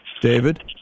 David